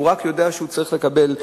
הוא רק יודע שהוא צריך לקבל,